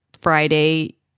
Friday